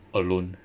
alone